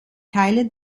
teile